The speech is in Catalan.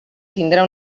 tindrà